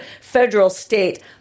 federal-state